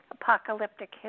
Apocalyptic